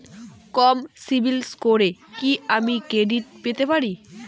কম CIBIL স্কোরে কি আমি ক্রেডিট পেতে পারি?